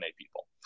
people